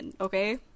Okay